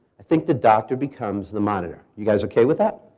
i think the doctor becomes the monitor. you guys okay with that?